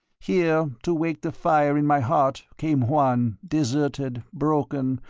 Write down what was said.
here, to wake the fire in my heart, came juan, deserted, broken,